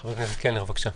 חבר הכנסת קלנר, בבקשה.